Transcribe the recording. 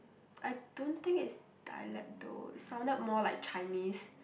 I don't think it's dialect though it sounded more like Chinese